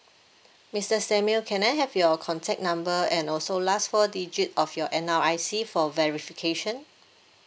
mister samuel can I have your contact number and also last four digit of your N_R_I_C for verification